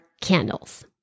candles